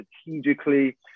strategically